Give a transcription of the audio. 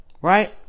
Right